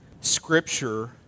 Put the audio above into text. scripture